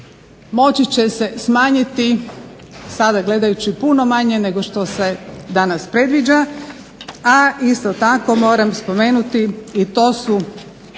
moći će se smanjiti sada gledajući puno manje nego što se danas predviđa, a isto tako moram spomenuti i to su